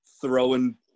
throwing